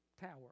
tower